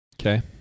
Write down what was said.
Okay